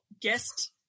guest